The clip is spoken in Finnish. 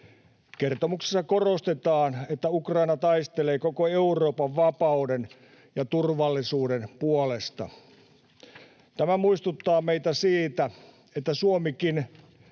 Kertomuksessa korostetaan, että Ukraina taistelee koko Euroopan vapauden ja turvallisuuden puolesta. Tämä muistuttaa meitä siitä, että Suomenkin